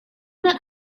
not